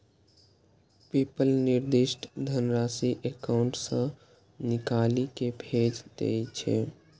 PayPal निर्दिष्ट धनराशि account सं निकालि कें भेज दै छै